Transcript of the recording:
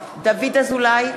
אזולאי,